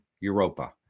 Europa